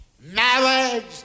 Marriage